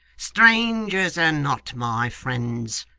strangers are not my friends.